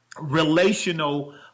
relational